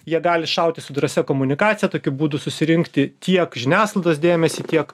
jie gali šauti su drąsia komunikacija tokiu būdu susirinkti tiek žiniasklaidos dėmesį tiek